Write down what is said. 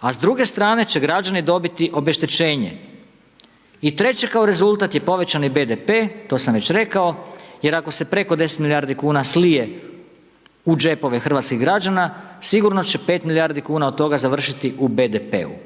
a s druge strane će građani dobiti obeštećenje i treće kao rezultat je povećani BDP, to sam već rekao jer ako se preko 10 milijardi kuna slije u džepove hrvatskih građana, sigurno će 5 milijardi kuna od toga završiti u BDP-u